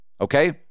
okay